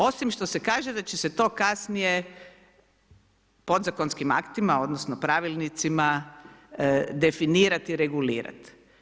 Osim što se kaže da će se to kasnije, podzakonskim aktima, odnosno pravilnicima, definirati i regulirati.